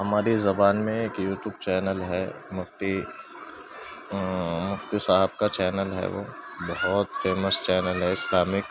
ہماری زبان میں ایک یوٹیوب چینل ہے مفتی مفتی صاحب کا چینل ہے وہ بہت فیمس چینل ہے اسلامک